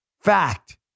Fact